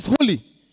holy